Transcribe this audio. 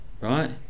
right